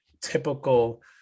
typical